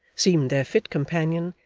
seemed their fit companion,